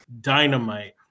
dynamite